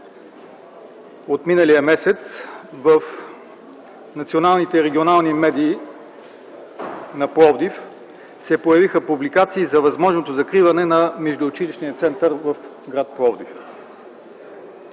от миналия месец в националните регионални медии на Пловдив се появиха публикации за възможното закриване на Междуучилищния център в гр. Пловдив.